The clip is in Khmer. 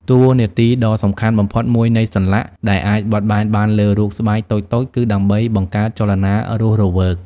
តួនាទីដ៏សំខាន់បំផុតមួយនៃសន្លាក់ដែលអាចបត់បែនបានលើរូបស្បែកតូចៗ គឺដើម្បីបង្កើតចលនារស់រវើក។